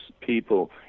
people